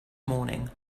morning